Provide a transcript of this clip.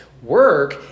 Work